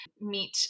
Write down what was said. meet